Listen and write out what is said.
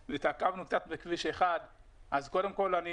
התעכבנו קצת בכביש 1. אז קודם כל אני